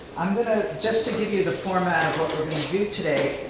i'm gonna, just to give you the format of what we're gonna do today, i